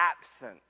absent